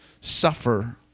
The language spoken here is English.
suffer